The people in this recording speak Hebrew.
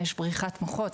יש בריחת מוחות,